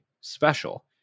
special